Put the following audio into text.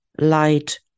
light